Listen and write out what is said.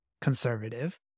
conservative